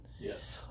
Yes